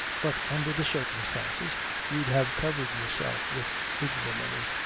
but under the circumstances you'd have covered yourself with ignominy.